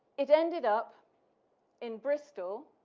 it ended up in bristol.